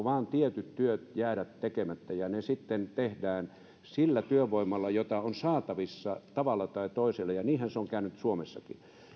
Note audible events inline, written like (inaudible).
(unintelligible) vain tietyt työt tahtovat jäädä tekemättä ja ne sitten tehdään sillä työvoimalla jota on saatavissa tavalla tai toisella ja niinhän se on käynyt suomessakin